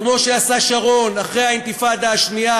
וכמו שעשה שרון אחרי האינתיפאדה השנייה,